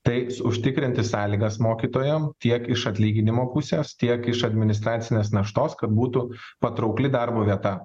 tai užtikrinti sąlygas mokytojam tiek iš atlyginimo pusės tiek iš administracinės naštos kad būtų patraukli darbo vieta